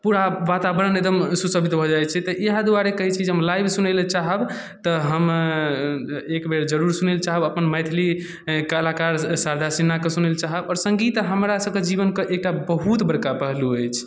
पूरा वातावरण एकदम शुशोभित भऽ जाइत छै तऽइएह दुआरे कहैत छी जे हम लाइव सुनैले चाहब तऽ हम एकबेर जरूर सुनैले चाहब अपन मैथिली कलाकार शारदा सिन्हाके सुनैले चाहब आओर सङ्गीत हमरा सबके जीवन कऽ एकटा बहुत बड़का पहलु अछि